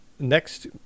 next